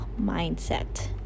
mindset